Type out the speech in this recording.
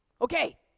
Okay